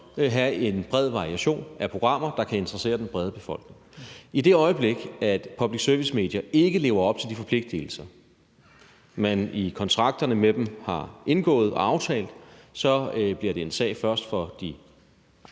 også have en bred variation af programmer, der kan interessere den brede befolkning. I det øjeblik public service-medier ikke lever op til de forpligtigelser, man i kontrakterne med dem har indgået og aftalt, så bliver det en sag først for de pågældende